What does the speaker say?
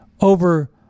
over